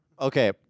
okay